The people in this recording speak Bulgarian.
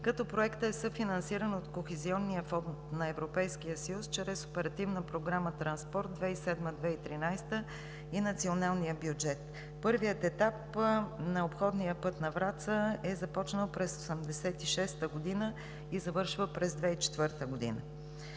като проектът е съфинансиран от Кохезионния фонд на Европейския съюз чрез Оперативна програма „Транспорт“ 2007 – 2013 г. и националния бюджет. Първият етап на обходния път на Враца е започнал през 1986 г. и завършва през 2004 г.